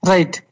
Right